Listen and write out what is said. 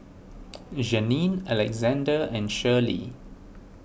Janine Alexzander and Shirley